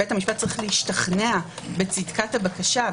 בית המשפט צריך להשתכנע בצדקת הבקשה.